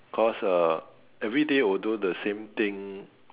'cause uh every day will do the same thing